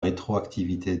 rétroactivité